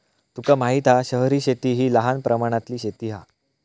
तुका माहित हा शहरी शेती हि लहान प्रमाणातली शेती हा